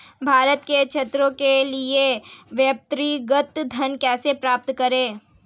भारत में छात्रों के लिए व्यक्तिगत ऋण कैसे प्राप्त करें?